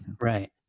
Right